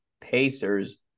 pacers